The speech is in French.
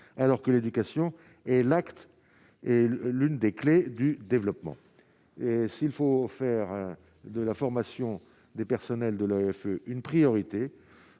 alors que l'éducation. Et l'acte est l'une des clés du développement, et s'il faut faire de la formation des personnels de l'AFP, une priorité,